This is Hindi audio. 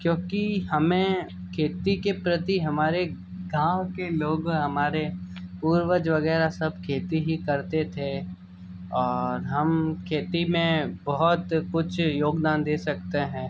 क्योंकि हमें खेती के प्रति हमारे गांव के लोग हमारे पूर्वज वगैरह सब खेती ही करते थे और हम खेती में बहुत कुछ योगदान दे सकते हैं